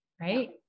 right